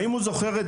האם הוא זוכר את